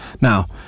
Now